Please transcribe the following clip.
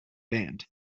band